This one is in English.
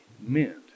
meant